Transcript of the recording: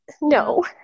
No